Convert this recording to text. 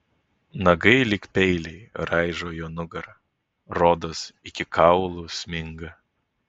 nagai lyg peiliai raižo jo nugarą rodos iki kaulų sminga